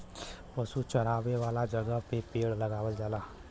पशु चरावे वाला जगह पे पेड़ लगावल जाला